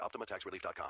OptimaTaxRelief.com